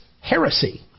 heresy